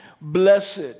Blessed